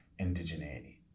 indigeneity